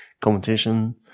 Competition